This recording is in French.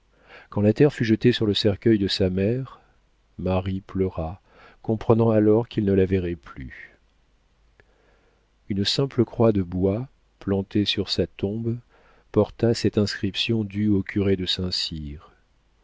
quand la terre fut jetée sur le cercueil de sa mère marie pleura comprenant alors qu'il ne la verrait plus une simple croix de bois plantée sur sa tombe porta cette inscription due au curé de saint-cyr